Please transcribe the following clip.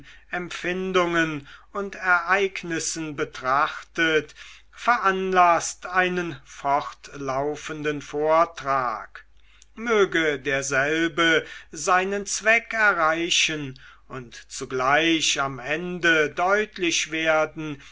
empfindungen und ereignissen betrachtet veranlaßte einen fortlaufenden vortrag möge derselbe seinen zweck erreichen und zugleich am ende deutlich werden